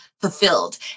fulfilled